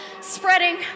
spreading